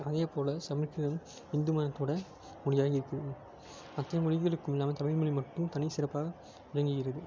அதேபோல் சமஸ்கிருதம் இந்து மதத்தோடய மொழியாய் இருக்கிறது அத்தனை மொழிகளுக்கும் இல்லாமல் தமிழ் மொழி மட்டும் தனி சிறப்பாக விளங்குகிறது